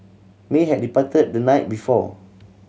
may had departed the night before